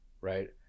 right